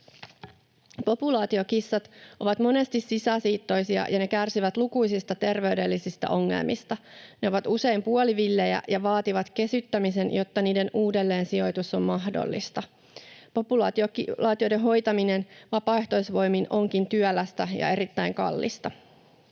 Populaatiokissat ovat monesti sisäsiittoisia, ja ne kärsivät lukuisista terveydellisistä ongelmista. Ne ovat usein puolivillejä ja vaativat kesyttämisen, jotta niiden uudelleensijoitus on mahdollista. Populaatioiden hoitaminen vapaaehtoisvoimin onkin työlästä ja erittäin kallista.